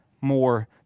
more